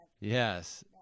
Yes